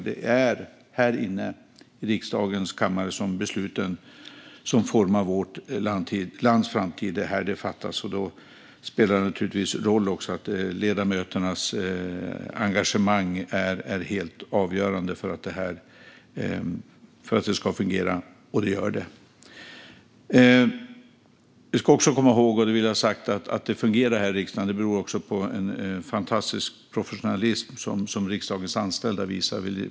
Det är här inne, i riksdagens kammare, som de beslut som formar vårt lands framtid fattas, och då är ledamöternas engagemang helt avgörande för att det ska fungera. Och det gör det. Vi ska också komma ihåg - detta vill jag ha sagt: Att det fungerar här i riksdagen beror på en fantastisk professionalism som riksdagens anställda visar.